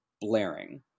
blaring